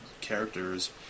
characters